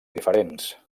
diferents